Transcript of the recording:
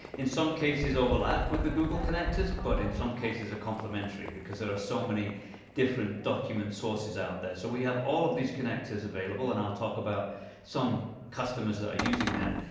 in some cases, overlap with the google connectors, but in some cases, are complementary because there are so many different document sources out there. so we have all of these connectors available. and i'll talk about some customers that are using them.